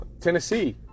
Tennessee